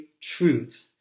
truth